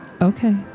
Okay